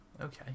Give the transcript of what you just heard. Okay